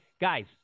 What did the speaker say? guys